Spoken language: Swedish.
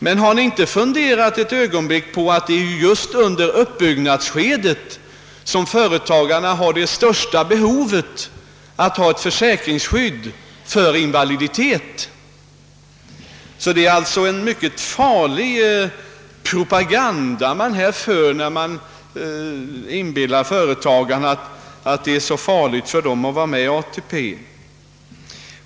Men har ni inte ett ögonblick funderat på att det är just under uppbyggnadsskedet som företagarna har det största behovet av att ha ett försäkringsskydd för invaliditet? Det är alltså en mycket farlig propaganda att inbilla företagarna, att det är till nackdel för dem att vara med i ATP.